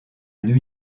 new